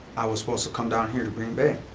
i was supposed to come down here to green bay,